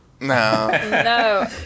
No